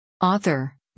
Author